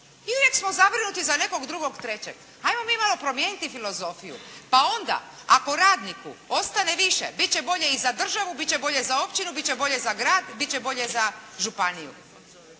Uvijek smo zabrinuti za nekog drugog, trećeg. Ajmo mi malo promijeniti filozofiju, pa onda ako radniku ostane više bit će bolje i za državu, bit će bolje za općinu, bit će bolje za grad, bit će bolje za županiju.